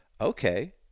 Okay